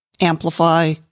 amplify